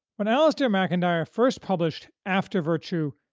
when alasdair macintyre first published after virtue,